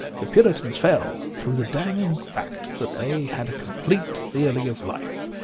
the puritans fell, through the damning fact that they had a complete theory of life,